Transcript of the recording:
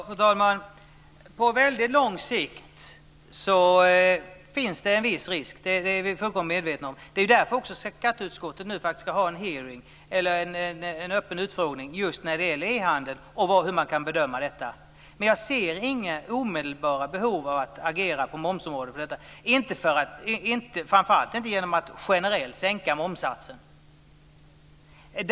Fru talman! På väldigt lång sikt finns det en viss risk. Det är vi fullkomligt medvetna om. De är också därför som skatteutskottet nu ska ha en öppen utfrågning om just e-handel och hur man kan bedöma det. Men jag ser inga omedelbara behov av att agera på momsområdet med anledning av detta, och framför allt inte genom sänka momssatsen generellt.